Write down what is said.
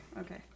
okay